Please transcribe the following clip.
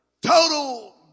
Total